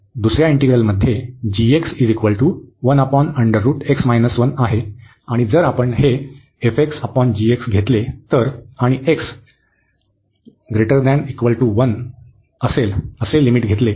दुसर्या इंटिग्रल मध्ये आहे आणि जर आपण हे घेतले तर आणि x 1 असेल लिमिट घेतले तर